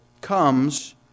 comes